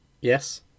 yes